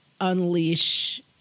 unleash